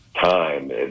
time